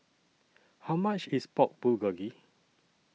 How much IS Pork Bulgogi